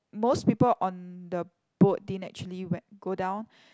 most people on the boat didn't actually wen~ go down